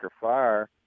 fire